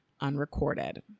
unrecorded